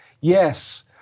Yes